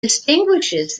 distinguishes